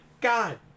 God